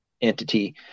entity